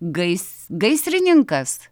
gais gaisrininkas